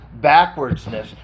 backwardsness